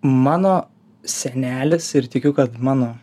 mano senelis ir tikiu kad mano